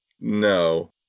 No